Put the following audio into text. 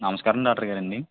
నమస్కారం డాక్టరు గారు అండి